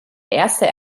erste